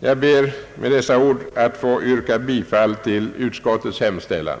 Jag ber att med dessa ord få yrka bifall till utskottets hemställan.